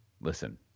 listen